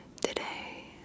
today